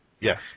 Yes